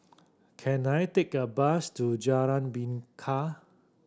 can I take a bus to Jalan Bingka